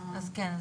אז כן,